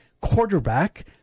quarterback